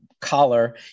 collar